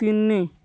ତିନି